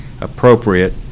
appropriate